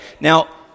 now